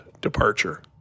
departure